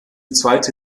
zweite